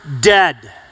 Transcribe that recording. dead